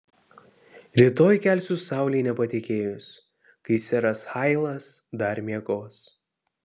rytoj kelsiu saulei nepatekėjus kai seras hailas dar miegos